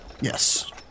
Yes